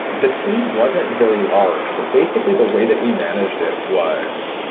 the team wasn't very large, but basically the way that we managed it was,